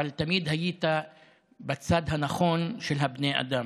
אבל תמיד היית בצד הנכון של בני האדם,